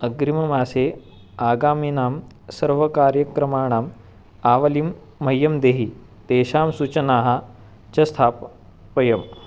अग्रिममासे आगामिनां सर्वकार्यक्रमाणाम् आवलीं मह्यं देहि तेषां सूचनाः च स्थापय स्थापय